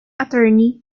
attorney